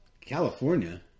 California